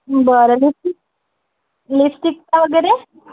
बरं lipstick lipstick वगैरे